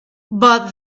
but